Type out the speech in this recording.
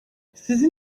sizin